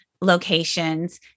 locations